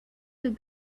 have